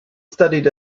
studied